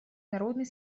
народной